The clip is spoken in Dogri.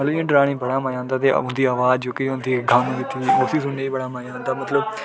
इ'यां डरानै गी बड़ा मज़ा औंदा के उं'दी अवाज़ जेह्की होंदी उसी सुनने गी बड़ा मज़ा औंदा मतलब